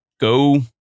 go